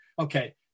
Okay